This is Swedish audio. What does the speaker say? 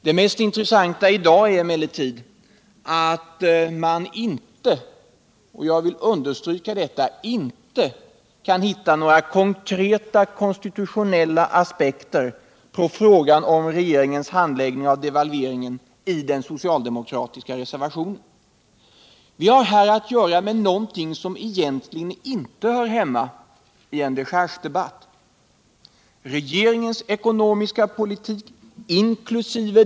Det mest intressanta i dag är emellertid att man — och jag vill understryka detta — inte kan hitta några konkreta konstitutionella aspekter på frågan om regeringens handläggning av devalveringen i den socialdemokratiska reservationen. Vi har här att göra med någonting som egentligen inte hör hemma i en dechargedebatt. Regeringens ekonomiska politik inkl.